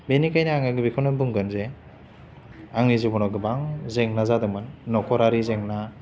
बेनिखाइनो आङो नैबेखौनो बुंगोन जे आंनि जिब'नाव गोबां जेंना जादोंमोन नखरारि जेंना